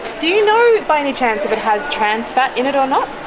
do you know by any chance if it has trans fat in it or not?